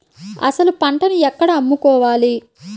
అసలు పంటను ఎక్కడ అమ్ముకోవాలి?